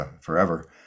Forever